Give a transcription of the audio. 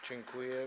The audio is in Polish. Dziękuję.